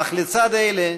אך לצד אלה,